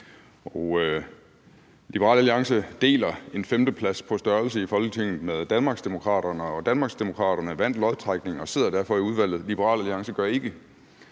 Liberal Alliance deler i forhold til størrelse i Folketinget en femteplads med Danmarksdemokraterne, og Danmarksdemokraterne vandt lodtrækningen og sidder derfor i udvalget. Det gør Liberal Alliance ikke,